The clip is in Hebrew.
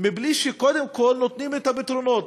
בלי שקודם כול נותנים פתרונות.